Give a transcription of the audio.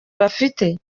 bafite